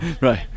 Right